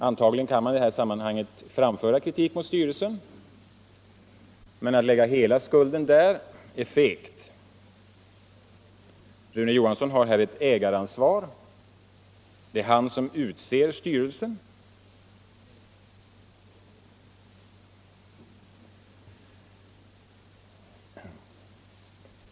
Antagligen kan man i det här sammanhanget framföra kritik mot styrelsen, men att lägga hela skulden där är fegt. Rune Johansson har här ett ägaransvar. Det är han som utser styrelsen.